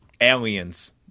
aliens